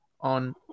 on